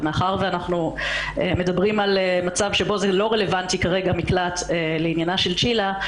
מאחר שאנחנו מדברים על מצב שזה לא רלוונטי כרגע מקלט לעניינה של צ'ילה,